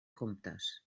comptes